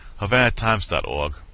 HavanaTimes.org